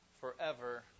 forever